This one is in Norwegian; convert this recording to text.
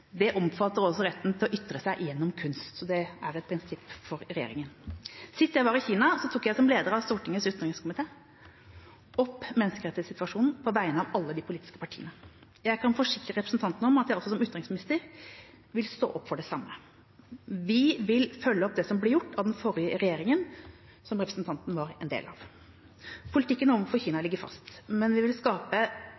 gjennom kunst, det er et prinsipp for regjeringa. Sist jeg var i Kina, tok jeg som leder av Stortingets utenrikskomité opp menneskerettighetssituasjonen på vegne av alle de politiske partiene. Jeg kan forsikre representanten om at jeg også som utenriksminister vil stå opp for det samme. Vi vil følge opp det som ble gjort av den forrige regjeringa, som representanten var en del av. Politikken overfor Kina